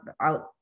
out